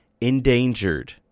endangered